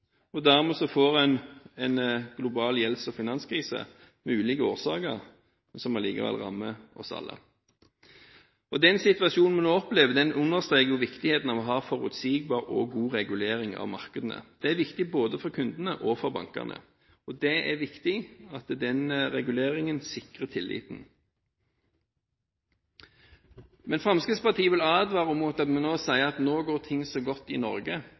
inflasjon. Dermed får man en global gjelds- og finanskrise – av ulike årsaker, men som likevel rammer oss alle. Den situasjonen vi nå opplever, understreker viktigheten av å ha en forutsigbar og god regulering av markedene. Det er viktig både for kundene og for bankene, og det er viktig at den reguleringen sikrer tilliten. Fremskrittspartiet vil advare mot å si at nå går ting så godt i Norge.